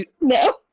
No